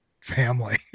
family